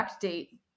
date